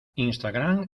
instagram